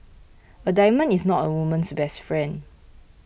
a diamond is not a woman's best friend